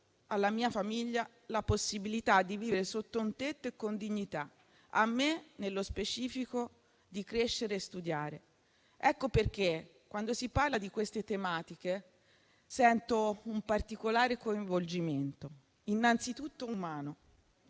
alla mia famiglia la possibilità di vivere sotto un tetto e con dignità e a me, nello specifico, di crescere e studiare. Ecco perché, quando si parla di queste tematiche, sento un particolare coinvolgimento, innanzitutto umano.